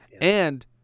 and-